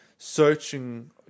searching